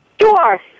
sure